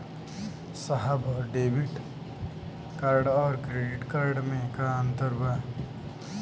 साहब debit card और credit card में का अंतर बा?